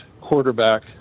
quarterback